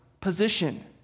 position